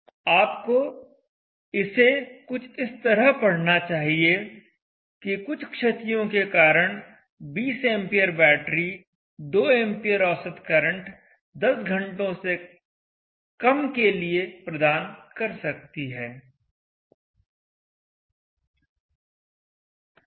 आपको इसे कुछ इस तरह पढ़ना चाहिए कि कुछ क्षतियों के कारण 20 एंपियर बैटरी 2 एंपियर औसत करंट 10 घंटों से कम के लिए प्रदान कर सकती है